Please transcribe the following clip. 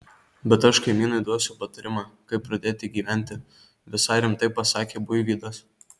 bet aš kaimynui duosiu patarimą kaip pradėti gyventi visai rimtai pasakė buivydas